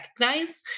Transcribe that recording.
recognize